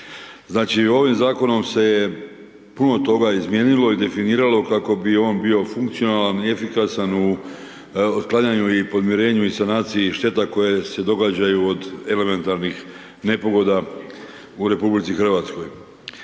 Znači ovim zakonom se je puno toga izmijenilo i definiralo, kako bi on bio funkcionalan i efikasan u otklanjanju i podmirenju i sanaciju štete koje se događaju od elementarnih nepogoda u RH. Prirodno